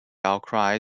outcry